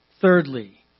Thirdly